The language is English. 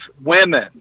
women